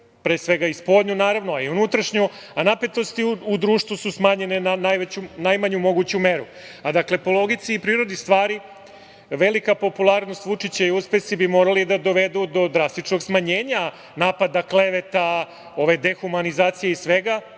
pre svega spoljnu, naravno i unutrašnju, a napetosti u društvu su smanjene na najmanju moguću meru. Dakle, po logici i prirodi stvari, velika popularnost Vučića i uspesi bi morali da dovedu do drastičnog smanjenja napada, kleveta, dehumanizacije i svega,